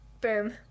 Boom